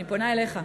אני פונה אליך.